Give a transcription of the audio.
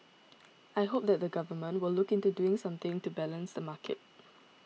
I hope that the Government will look into doing something to balance the market